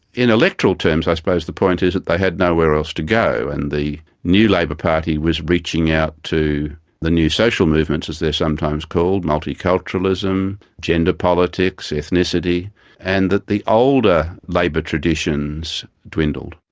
in electoral terms i suppose the point is that they had nowhere else to go, and the new labor party was reaching out to the new social movements, as they're sometimes called multiculturalism, gender politics, ethnicity and that the older labor traditions dwindled.